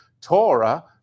Torah